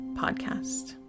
podcast